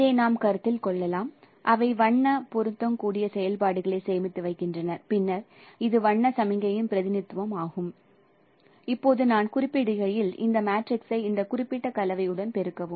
இதை நாம் கருத்தில் கொள்ளலாம் அவை வண்ண பொருந்தக்கூடிய செயல்பாடுகளை சேமித்து வைக்கின்றன பின்னர் இது வண்ண சமிக்ஞையின் பிரதிநிதித்துவம் ஆகும் இப்போது நான் குறிப்பிடுகையில் இந்த மேட்ரிக்ஸை இந்த குறிப்பிட்ட கலவையுடன் பெருக்கவும்